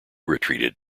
retreated